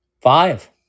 Five